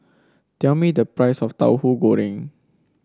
tell me the price of Tahu Goreng